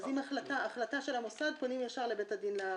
אז על החלטה של המוסד פונים ישר לבית הדין לעבודה.